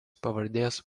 pavardės